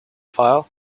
file